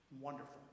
wonderful